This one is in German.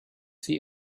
sie